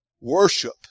Worship